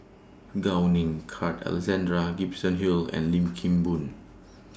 Gao Ning Carl Alexander Gibson Hill and Lim Kim Boon